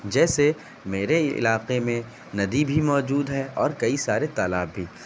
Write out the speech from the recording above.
جیسے میرے علاقے میں ندی بھی موجود ہے اور کئی سارے تالاب بھی